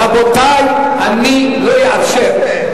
רבותי, אני לא אאפשר.